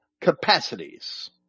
capacities